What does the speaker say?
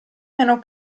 meno